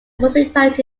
municipality